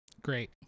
great